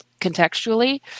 contextually